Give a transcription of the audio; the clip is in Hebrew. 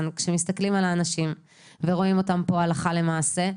כשמסתכלים על האנשים ורואים אותם פה הלכה למעשה,